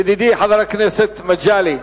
ידידי חבר הכנסת מגלי,